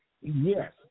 Yes